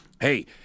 hey